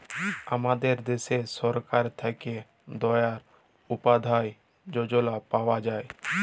আমাদের দ্যাশে সরকার থ্যাকে দয়াল উপাদ্ধায় যজলা পাওয়া যায়